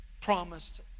promised